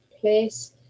place